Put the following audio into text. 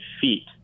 feet